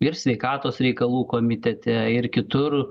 ir sveikatos reikalų komitete ir kitur